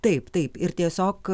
taip taip ir tiesiog